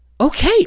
okay